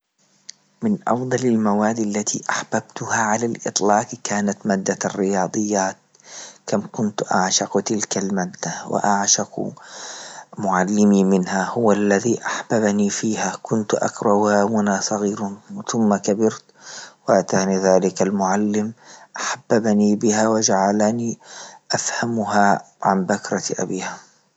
من أفضل المواد التي أحببتها على الاطلاق كانت مادة رياضيات، كم كنت أعشق تلك المادة وأعشق معلمي منها هو الذي أحببني فيها، كنت أقرأ وأنا صغير ثم كبرت وأتاني ذلك المعلم أحبب بها وجعلني أفهمها عن بكرة أبيها.